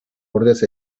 ordez